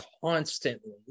constantly